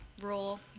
rule